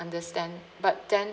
understand but then